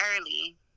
early